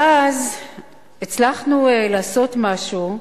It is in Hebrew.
ואז הצלחנו לעשות משהו,